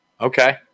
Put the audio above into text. Okay